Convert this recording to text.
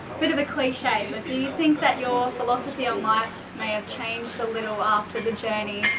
bit of a cliche do you think that your philosophy on life may have changed a little after the journey.